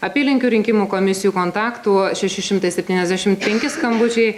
apylinkių rinkimų komisijų kontaktų šeši šimtai septyniasdešimt penki skambučiai